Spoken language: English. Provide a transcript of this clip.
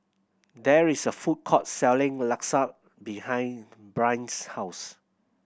there is a food court selling Lasagne behind Brynn's house